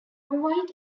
white